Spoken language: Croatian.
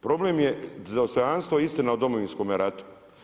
Problem je za dostojanstvo i istina o Domovinskome ratu.